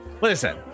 Listen